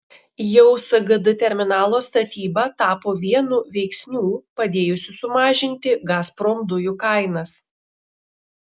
jau sgd terminalo statyba tapo vienu veiksnių padėjusių sumažinti gazprom dujų kainas